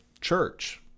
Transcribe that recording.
church